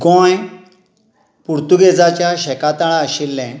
गोंय पुर्तुगेजाच्या शेकातळा आशिल्लें